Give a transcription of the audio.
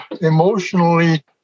emotionally